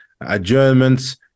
adjournments